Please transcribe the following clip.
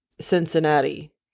Cincinnati